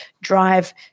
drive